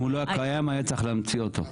אם הוא לא היה קיים היה צריך להמציא אותו.